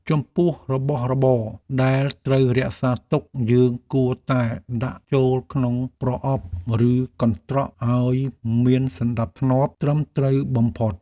ចំពោះរបស់របរដែលត្រូវរក្សាទុកយើងគួរតែដាក់ចូលក្នុងប្រអប់ឬកន្ត្រកឱ្យមានសណ្តាប់ធ្នាប់ត្រឹមត្រូវបំផុត។